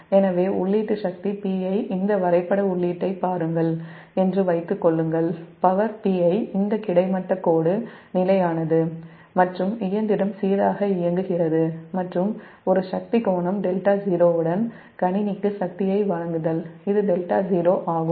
எனவே உள்ளீட்டு சக்தி Pi இந்த வரைபட உள்ளீட்டைப் பாருங்கள் என்று வைத்துக் கொள்ளுங்கள் பவர் Pi இந்த கிடைமட்ட கோடு நிலையானது மற்றும் இயந்திரம் சீராக இயங்குகிறது மற்றும் ஒரு சக்தி கோணம் δ0 உடன் கணினிக்கு சக்தியை வழங்குதல் இது δ0 ஆகும்